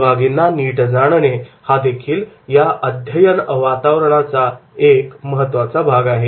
सहभागींना नीट जाणणे हा देखील या अध्ययन वातावरणाचा महत्त्वाचा भाग आहे